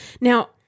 Now